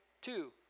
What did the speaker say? two